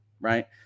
right